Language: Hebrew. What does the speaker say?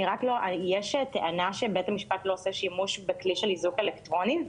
יש טענה שבית המשפט לא עושה שימוש בכלי של איזוק אלקטרוני?